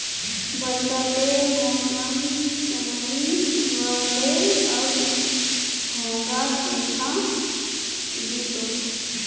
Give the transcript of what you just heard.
बरसातेर मौसम चनइ व ले, अब घोंघा दखा दी तोक